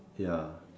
ya